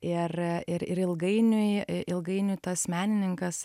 ir ir ir ilgainiui i ilgainiui tas menininkas